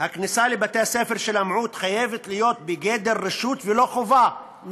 הכניסה לבתי-הספר של המיעוט חייבת להיות בגדר רשות ולא חובה,